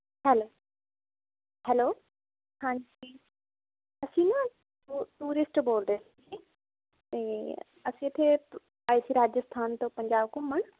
hello hello ਹਾਂਜੀ ਅਸੀਂ ਨਾ ਟੂਰਿਸਟ ਬੋਲਦੇ ਸੀ ਅਤੇ ਅਸੀਂ ਇੱਥੇ ਆਏ ਸੀ ਰਾਜਸਥਾਨ ਤੋਂ ਪੰਜਾਬ ਘੁੰਮਣ